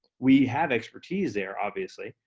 we have expertise there obviously,